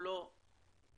או לא?